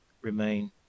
remain